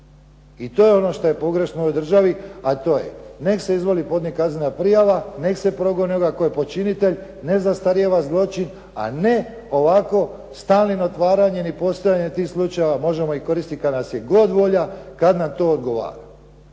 I to je ono što je pogrešno u ovoj državi, a to je nek' se izvoli podnijeti kaznena prijava, nek' se progoni onoga tko je počinitelj, ne zastarijeva zločin. A ne ovako stalnim otvaranjem i postojanjem tih slučajeva možemo ih koristiti kad nas je god volja kad nam to odgovara,